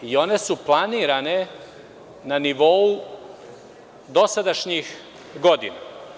I one su planirane na nivou dosadašnjih godina.